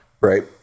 Right